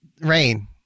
Rain